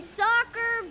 soccer